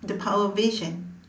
the power vision